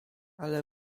ale